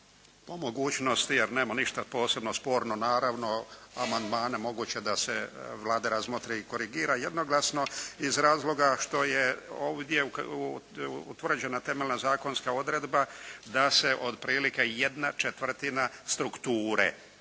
po mogućnosti jer nemamo ništa sporno naravno amandmane moguće da se Vlada razmotri I korigira jednoglasno iz razloga što je ovdje utvrđena temeljna zakonska odredba da se otprilike ¼ strukture